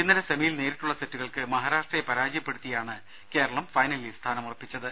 ഇന്നലെ സെമിയിൽ നേരിട്ടുള്ള സെറ്റുകൾക്ക് മഹാരാഷ്ട്രയെ പരാജ യപ്പെടുത്തിയാണ് കേരളം ഫൈനലിൽ സ്ഥാനമുറപ്പിച്ചത്